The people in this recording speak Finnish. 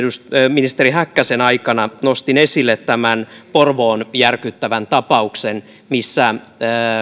ministeri häkkäsen aikana nostin esille tämän porvoon järkyttävän tapauksen missä